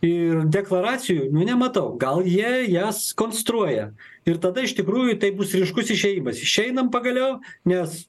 ir deklaracijų nu nematau gal jie jas konstruoja ir tada iš tikrųjų tai bus ryškus išėjimas išeinam pagaliau nes